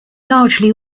largely